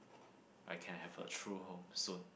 I can have a true home soon